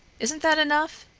isn't that enough?